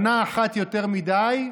שנה אחת יותר מדי,